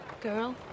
Girl